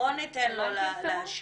בוא ניתן לו להשיב.